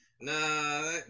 Nah